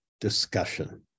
discussion